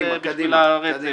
קדימה, קדימה.